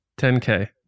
10K